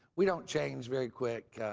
we don't change very quick,